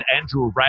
Andrew